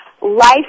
life